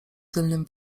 tylnym